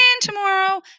tomorrow